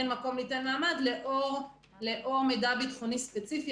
אין מקום ליתן מעמד לאור מידע ביטחוני ספציפי